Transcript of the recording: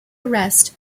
arrest